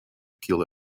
kill